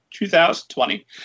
2020